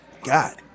God